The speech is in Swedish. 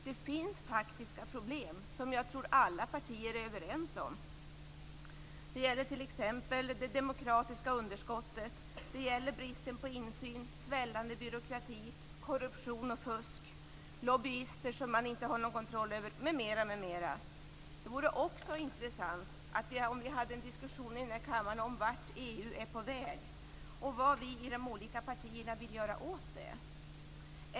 Det finns faktiska problem som jag tror alla partier är överens om. Det gäller t.ex. det demokratiska underskottet. Det gäller bristen på insyn, svällande byråkrati, korruption och fusk, brist på kontroll av lobbyister m.m. Det vore också intressant att i kammaren ha en diskussion om vart EU är på väg. Vad vill vi i de olika partierna göra åt det?